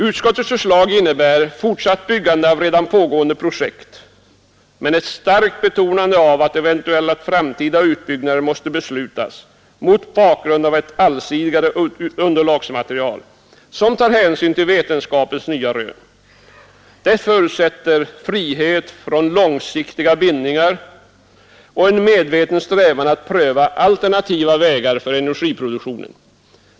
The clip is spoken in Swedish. Utskottets förslag innebär fortsatt byggande av redan pågående projekt, men ett starkt betonande av att eventuella framtida utbyggnader måste beslutas mot bakgrund av ett allsidigare underlagsmaterial, som tar hänsyn till vetenskapens nya rön. Detta förutsätter frihet från långsiktiga bindningar och en medveten strävan att pröva alternativa vägar för energiproduktionen.